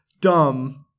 dumb